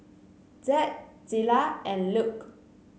Zed Zillah and Luke